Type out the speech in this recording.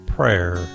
Prayer